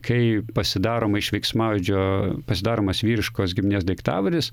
kai pasidaroma iš veiksmaodžio pasidaromas vyriškos giminės daiktavardis